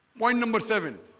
point number seven